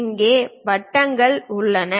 இங்கே வட்டங்கள் உள்ளன